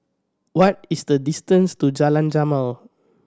what is the distance to Jalan Jamal